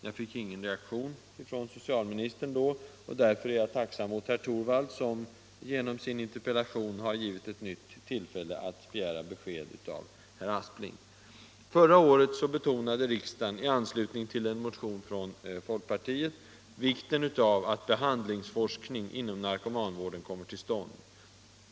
Jag fick ingen reaktion från socialministern då, varför jag är tacksam mot herr Torwald som genom sin interpellation har givit mig ett nytt tillfälle att begära besked av herr Aspling. stånd.